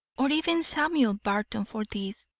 or even samuel barton for this.